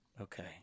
okay